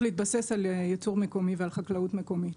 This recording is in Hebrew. להתבסס על ייצור מקומי ועל חקלאות מקומית